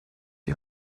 die